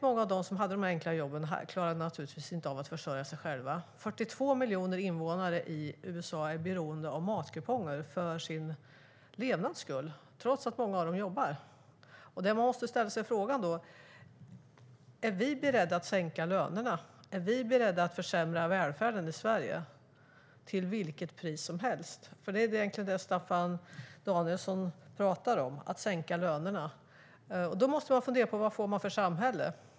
Många av dem som hade dessa enkla jobb klarade naturligtvis inte av att försörja sig själva. 42 miljoner invånare i USA är beroende av matkuponger för sin levnad, trots att många av dem jobbar. Den fråga som man måste ställa sig då är: Är vi beredda att sänka lönerna och försämra välfärden i Sverige till vilket pris som helst? Det är egentligen det Staffan Danielsson pratar om, att sänka lönerna. Då måste man fundera på vilket samhälle man får.